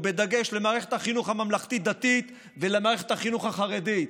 בדגש על מערכת החינוך הממלכתית-דתית ועל מערכת החינוך החרדית.